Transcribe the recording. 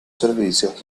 servicios